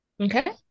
Okay